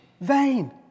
vain